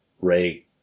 Ray